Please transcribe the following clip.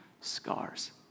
scars